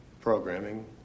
Programming